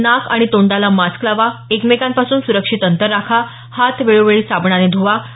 नाक आणि तोंडाला मास्क लावावा एकमेकांपासून सुरक्षित अंतर राखावं हात वेळोवेळी साबणाने ध्वावेत